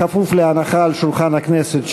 בכפוף להנחה על שולחן הכנסת,